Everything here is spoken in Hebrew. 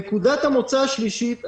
נקודת המוצא השלישית,